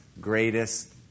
greatest